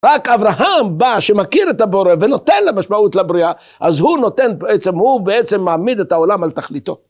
רק אברהם בא שמכיר את הבורא ונותן לו משמעות לבריאה, אז הוא נותן בעצם, הוא בעצם מעמיד את העולם על תכליתו.